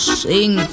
sing